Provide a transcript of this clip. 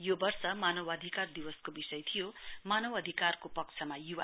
यो वर्ष मानवधिकार दिवसको विषय थियो मानवधिकारको पक्षमा युवा